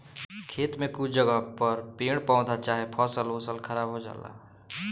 खेत में कुछ जगह पर पेड़ पौधा चाहे फसल ओसल खराब हो जाला